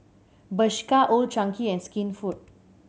Bershka Old Chang Kee and Skinfood